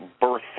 birth